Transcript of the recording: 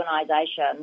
organisation